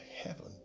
heaven